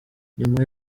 nyuma